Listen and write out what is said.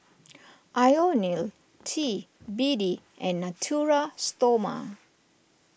Ionil T B D and Natura Stoma